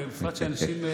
בפרט שאנשים,